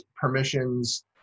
permissions